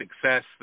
success